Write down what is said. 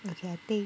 okay ah I think